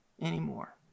anymore